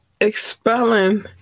expelling